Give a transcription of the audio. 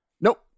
Nope